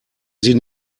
sie